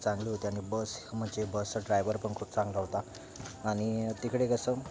चांगली होती आणि बस म्हणजे बसचा ड्रायव्हर पण खूप चांगला होता आणि तिकडे कसं